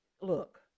Look